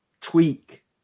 tweak